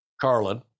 Carlin